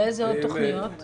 איזה עוד תכניות?